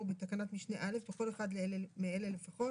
בתקנת משנה (א) בכל אחד מאלה לפחות: